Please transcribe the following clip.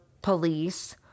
Police